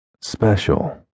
special